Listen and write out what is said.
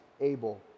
able